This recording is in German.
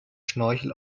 schnorchel